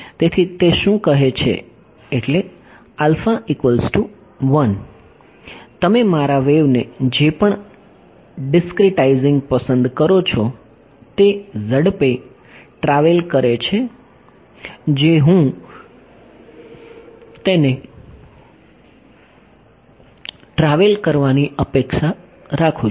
તેથી તે શું કહે છે એટલે તમે મારા વેવને જે પણ ડીસ્ક્રિટાઇઝિંગ પસંદ કરો છો તે ઝડપે ટ્રાવેલ કરે છે જે હું તેને ટ્રાવેલ કરવાની અપેક્ષા રાખું છું